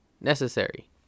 necessary